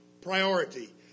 priority